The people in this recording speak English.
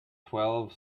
twelve